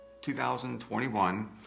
2021